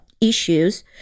issues